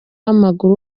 w’amaguru